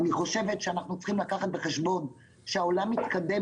אני חושבת שאנחנו צריכים לקחת בחשבון שהעולם מתקדם